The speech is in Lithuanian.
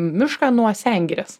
mišką nuo sengirės